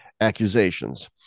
accusations